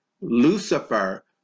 Lucifer